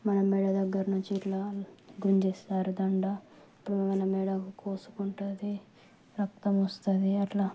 మన మెడ దగ్గర నుంచి ఇట్లా గుంజేస్తారు దండ అప్పుడు మన మెడ కోసుకుంటుంది రక్తము వస్తుంది అట్లా